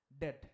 dead